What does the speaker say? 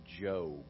Job